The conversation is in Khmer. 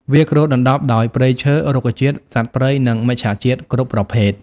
វាគ្របដណ្តប់ដោយព្រៃឈើ រុក្ខជាតិ សត្វព្រៃ និងមច្ឆជាតិគ្រប់ប្រភេទ។